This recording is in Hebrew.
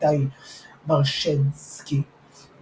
איתי ברשדסקי,